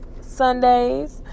Sundays